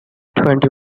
twenty